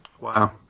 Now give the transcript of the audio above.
Wow